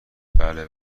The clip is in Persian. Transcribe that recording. بله